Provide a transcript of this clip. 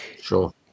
sure